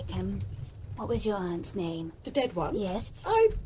what was your aunt's name? the dead one? yes. i,